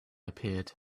appeared